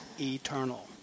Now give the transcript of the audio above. eternal